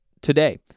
today